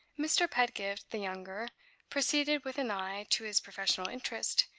mr. pedgift the younger proceeded, with an eye to his professional interest,